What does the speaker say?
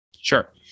Sure